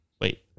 wait